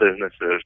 businesses